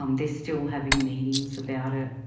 um they're still having meetings about it.